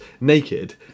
naked